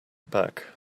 back